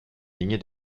lignée